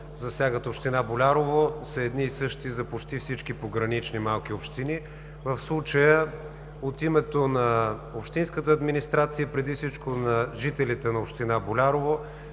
засягат община Болярово, са едни и същи за почти всички погранични малки общини. В случая от името на общинската администрация, преди всичко на жителите на община Болярово,